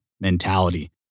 mentality